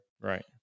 Right